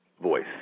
voice